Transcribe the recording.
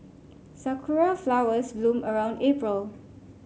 sakura flowers bloom around April